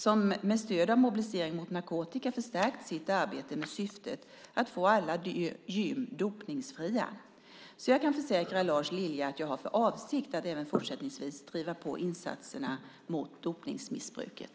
De har med stöd av Mobilisering mot narkotika förstärkt sitt arbete med syftet att få alla gym dopningsfria. Jag kan försäkra Lars Lilja att jag har för avsikt att även fortsättningsvis driva på insatserna mot dopningsmissbruket.